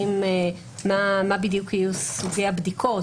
מה בדיוק יהיו סוגי הבדיקות.